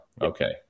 Okay